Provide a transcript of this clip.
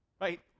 Right